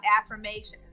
affirmations